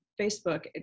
Facebook